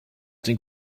dem